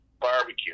barbecue